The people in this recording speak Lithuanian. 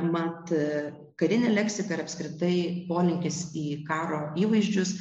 mat karinė leksika ir apskritai polinkis į karo įvaizdžius